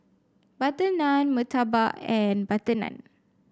butter naan murtabak and butter naan